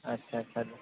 अच्छा अच्छा